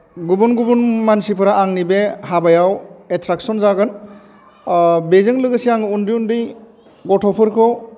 गुबुन गुबुन मानसिफोरा आंनि बे हाबायाव एट्राकस'न जागोन बेजों लोगोसे आं उन्दै उन्दै गथ'फोरखौ